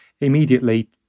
immediately